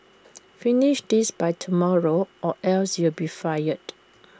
finish this by tomorrow or else you'll be fired